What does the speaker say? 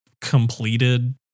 completed